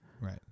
Right